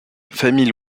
famille